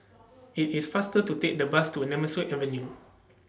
IT IS faster to Take The Bus to Nemesu Avenue